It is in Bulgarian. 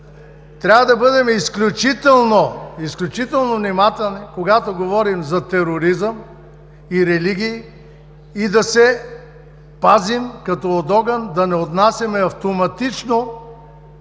трябва да бъдем изключително внимателни, когато говорим за тероризъм и религии, и да се пазим като от огън да не отнасяме автоматично